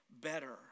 better